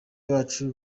bacu